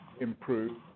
improve